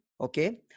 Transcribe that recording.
okay